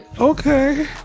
Okay